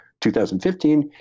2015